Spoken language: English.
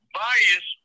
bias